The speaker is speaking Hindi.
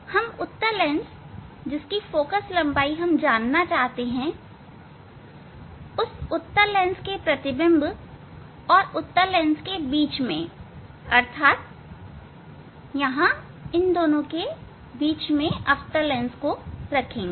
हम उत्तल लेंस जिसकी फोकल लंबाई जानना चाहते हैं उस उत्तल लेंस के प्रतिबिंब और उत्तल लेंस के बीच में अर्थात यहां इन दोनों के बीच अवतल लेंस रखेंगे